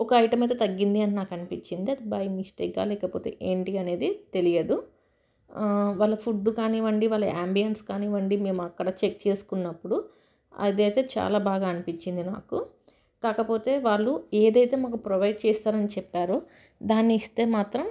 ఒక ఐటమ్ అయితే తగ్గింది అని నాకు అనిపించింది అది బై మిస్టేక్గా లేకపోతే ఏంటి అనేది తెలియదు వాళ్ళ ఫుడ్ కానివండి వాళ్ళ ఆబియన్స్ కానివ్వండి మేము అక్కడ చెక్ చేసుకున్నప్పుడు అది అయితే చాలా బాగా అనిపించింది నాకు కాకపోతే వాళ్ళు ఏదైతే మాకు ప్రొవైడ్ చేస్తారని చెప్పారో దాన్ని ఇస్తే మాత్రం